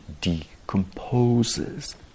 decomposes